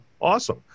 awesome